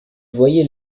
voyait